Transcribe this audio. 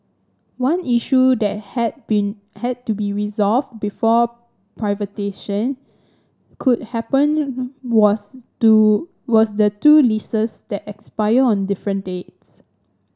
one issue that had been had to be resolved before privatisation could happen was two was the two leases that expire on different dates